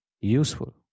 useful